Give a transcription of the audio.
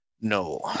No